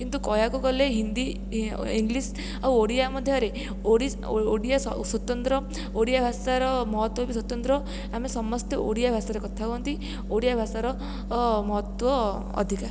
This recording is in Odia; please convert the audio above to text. କିନ୍ତୁ କହିବାକୁ ଗଲେ ହିନ୍ଦୀ ଇଂଲିଶ ଆଉ ଓଡ଼ିଆ ମଧ୍ୟରେ ଓଡ଼ିଆ ସ୍ଵତନ୍ତ୍ର ଓଡ଼ିଆ ଭାଷାର ମହତ୍ତ୍ୱ ବି ସ୍ଵତନ୍ତ୍ର ଆମେ ସମସ୍ତେ ଓଡ଼ିଆ ଭାଷାରେ କଥା ହୁଅନ୍ତି ଓଡ଼ିଆ ଭାଷାର ମହତ୍ତ୍ୱ ଅଧିକା